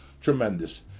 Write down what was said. Tremendous